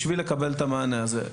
בשביל לקבל את המענה הזה.